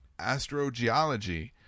astrogeology